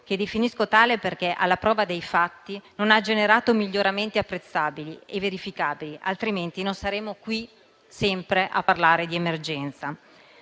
che definisco tale perché alla prova dei fatti non ha generato miglioramenti apprezzabili e verificabili, altrimenti non saremmo qui sempre a parlare di emergenza.